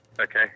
Okay